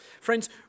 Friends